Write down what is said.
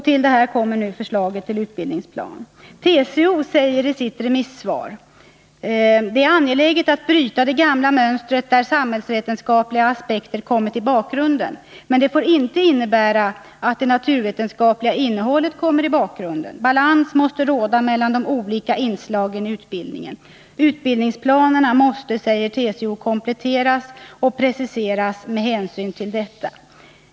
Till detta kommer nu det här förslaget till utbildningsplan. TCO säger sitt remissvar att det är angeläget att bryta det gamla mönstret, där samhällsvetenskapliga aspekter kommit i bakgrunden. Men det får inte innebära att det naturvetenskapliga innehållet kommer i bakgrunden, utan balans måste råda mellan de olika inslagen i utbildningen. Utbildningsplanerna måste, säger TCO, kompletteras och preciseras med hänsyn till detta.